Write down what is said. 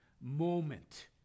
moment